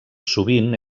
sovint